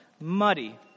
muddy